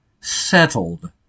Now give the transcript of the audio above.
settled